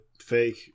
fake